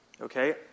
Okay